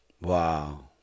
wow